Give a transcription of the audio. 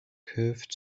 curved